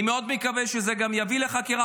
אני מאוד מקווה גם שזה יביא לחקירה